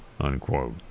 unquote